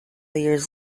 years